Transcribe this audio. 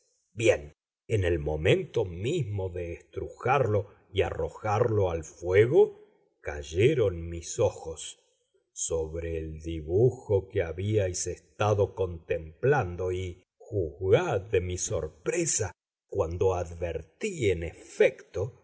bien en el momento mismo de estrujarlo y arrojarlo al fuego cayeron mis ojos sobre el dibujo que habíais estado contemplando y juzgad de mi sorpresa cuando advertí en efecto